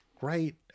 great